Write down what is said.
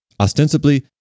Ostensibly